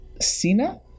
Sina